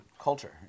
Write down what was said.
Culture